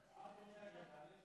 ההצעה